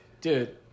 Dude